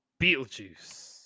Beetlejuice